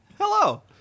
Hello